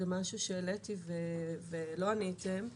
משהו שהעליתי ולא עניתם עליו,